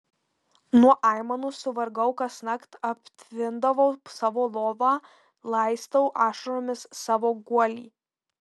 nuo aimanų suvargau kasnakt aptvindau savo lovą laistau ašaromis savo guolį